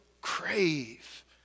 crave